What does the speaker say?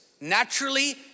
naturally